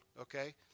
Okay